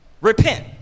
Repent